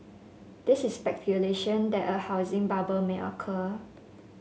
this is speculation that a housing bubble may occur